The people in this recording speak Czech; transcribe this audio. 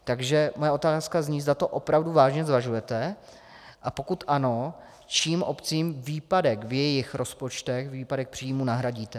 Takže moje otázka zní, zda to opravdu vážně zvažujete, a pokud ano, čím obcím výpadek v jejich rozpočtech, výpadek příjmů nahradíte.